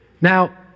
Now